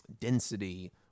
density